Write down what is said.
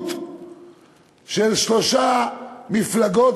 משילות של שלוש מפלגות